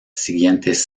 siguientes